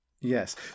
yes